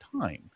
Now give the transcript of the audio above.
time